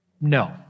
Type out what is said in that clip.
No